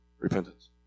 repentance